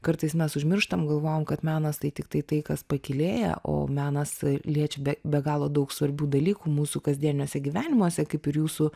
kartais mes užmirštam galvojam kad menas tai tiktai tai kas pakylėja o menas ir liečia be be galo daug svarbių dalykų mūsų kasdieniuose gyvenimuose kaip ir jūsų